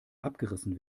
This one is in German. abgerissen